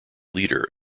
leader